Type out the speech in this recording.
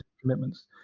commitments